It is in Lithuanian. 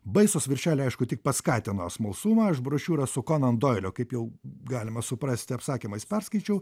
baisūs viršeliai aišku tik paskatino smalsumą aš brošiūrą su konel doiliu kaip jau galima suprasti apsakymais perskaičiau